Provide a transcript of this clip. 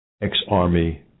ex-Army